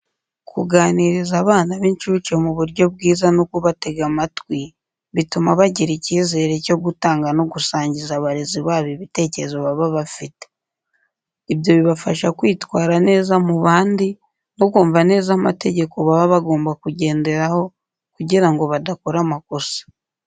Kuganiriza abana b'incuke mu buryo bwiza no kubatega amatwi bituma bagira icyizere cyo gutanga no gusangiza abarezi babo ibitekerezo baba bafite. Ibyo bibafasha kwitwara neza mu bandi no kumva neza amategeko baba bagomba kugenderaho kugira ngo badakora amakosa.